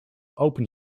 open